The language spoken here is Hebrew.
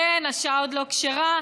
כן, השעה עוד לא כשרה.